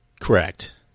Correct